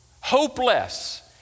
hopeless